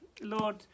Lord